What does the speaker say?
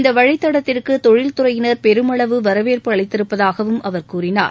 இந்த வழித்தடத்திற்கு தொழில் துறையினர் பெருமளவு வரவேற்பு அளித்திருப்பதாகவும் அவர் கூறினார்